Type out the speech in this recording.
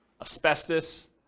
asbestos